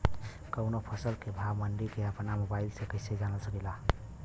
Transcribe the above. कवनो फसल के भाव मंडी के अपना मोबाइल से कइसे जान सकीला?